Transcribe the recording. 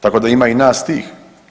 Tako da ima i nas tih.